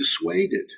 dissuaded